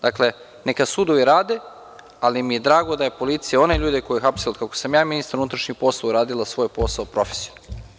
Dakle, neka sudovi rade, ali mi je drago da policija one ljude koje hapse otkad sam ja ministar unutrašnjih poslova uradila svoj posao profesionalno.